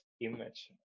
image